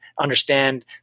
understand